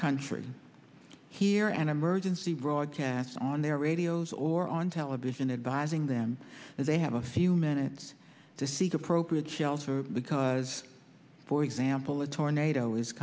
country hear an emergency broadcast on their radios or on television advising them that they have a few minutes to seek appropriate shelves or because for example a tornado is